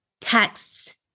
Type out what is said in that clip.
texts